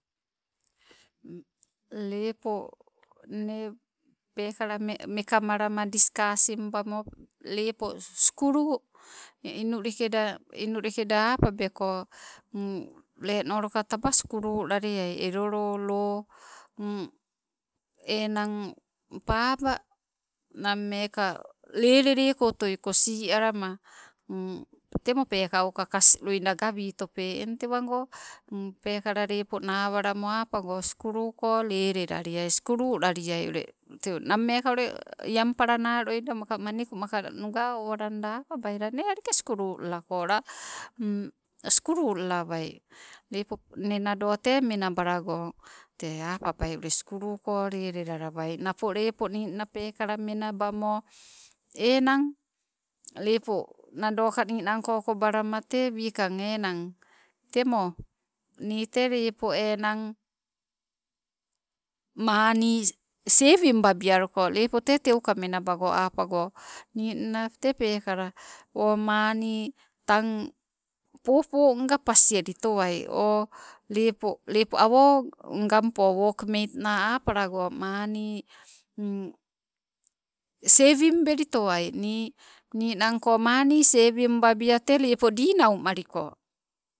Lepo nne peekala me- mekamalama diskasimbamo lepo skulu, inulikeda, likeda apabeko lenoloka taba skululaleai elolo loo eng, paba nammeka lele leko otoi kosi alama temo pekauka kas loida gawitope. Eng tewago pekala lepo nawalama, apago skuluko lelelaliai, skululalia ule teu, nameka ule ianpelana maka maniku maka nuga owalanda apalabai lane aleke skululalako, la skululalawai lepo nne te menabalago. Tee apa bai ule skuluko lele lalawai. Napo lepeo ninna pekala menabamo, enang lepo nado ka ninanko kobalama tee wikang enang. Temo ni te lepo enang mani sewim ba bialuko, lepo te teuka menabago apago, ninna tee peekala o mani tang. Popo nga pas elitoai oh, lepo, lepo awo ngammpo wok meit na, apalago mani sewim beli toai ni ni nmanko mani sewim babia tee lepo dinau maliko.